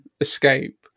escape